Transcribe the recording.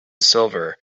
silver